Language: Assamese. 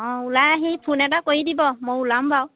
অঁ ওলাই আহি ফোন এটা কৰি দিব মই ওলাম বাৰু